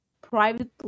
private